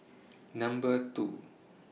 Number two